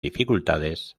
dificultades